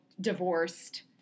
divorced